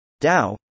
DAO